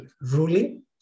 ruling